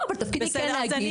לא, אבל התפקיד שלי כן להגיד.